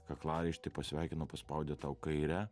kaklaraištį pasveikino paspaudė tau kairę